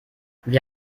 wir